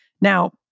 Now